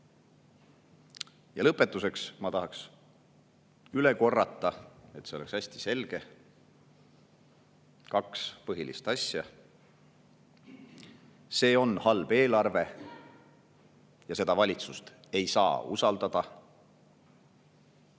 Lõpetuseks ma tahan üle korrata, et see oleks hästi selge, kaks põhilist asja: see on halb eelarve ja seda valitsust ei saa usaldada.